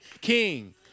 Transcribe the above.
king